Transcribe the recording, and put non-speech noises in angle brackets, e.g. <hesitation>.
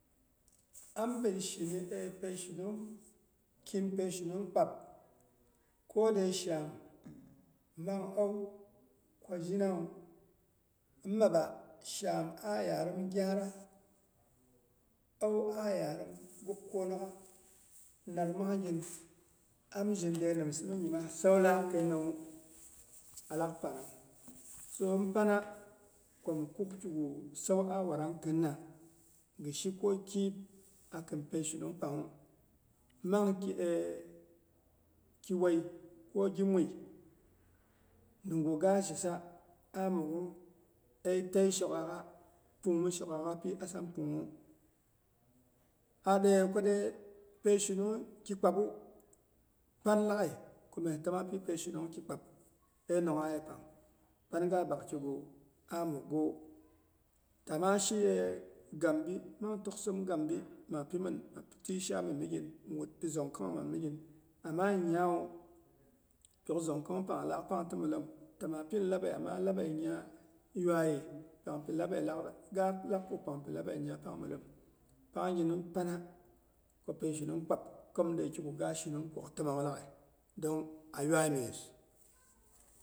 Ambe shini peishinung kɨim peishinung kpab kode shaam mang au kwo zhinawu, mimaba shaam ay arim gyara. An a yarim guk kwonokgha nat mangnyin am zhinde nimsa mi nyi mas saulaak kinnawu alak panang. So nipana ko mi kuk kigu san a sarang akinna, ghishi ko kɨib akinpei shinung pangnwu, mang ki <hesitation> mang ki wuei, kogi mui ningu gaa shisa ahmuk eitei shokgaagha pungni shok gaagha piasam pung. A deiya kodi pei shinung ki kpabu, panlaghai mye təma pi peishinunj ki kpab einonongha yepang. Pan ga bak kigu ah mugawu. Ta mashi gambi mang toksim gambi maapi min maa tɨi shai min migin mi wut zongkong min migin ama nyinyawu pyok zongkong pang laaik pang ti milem, ta maa pin laɓe ama laɓe nya yuaiye, pangpi laɓe lak ga gilak kuk pangpi labe nya pang milem. Pangnyinu, panako peishinung kpap komdei kigu ga shinung kogi təmawu laghai dong a yuai myes